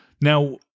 Now